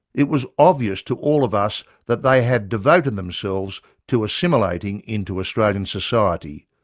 it was obvious to all of us that they had devoted themselves to assimilating into australian society,